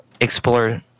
explore